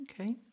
Okay